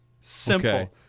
Simple